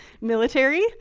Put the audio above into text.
military